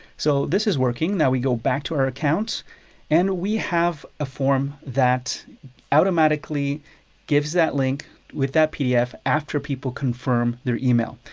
so this is working, now we go back to our account and we have a form that automatically gives that link with that pdf after people confirm their email.